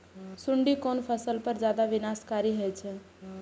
सुंडी कोन फसल पर ज्यादा विनाशकारी होई छै?